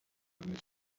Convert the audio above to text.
this